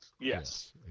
Yes